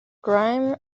grime